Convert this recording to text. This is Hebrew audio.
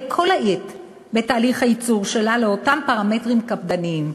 כל העת בתהליך הייצור שלה באותם פרמטרים קפדניים.